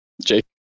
Jake